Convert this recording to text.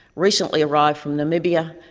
recently arrived from namibia,